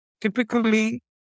typically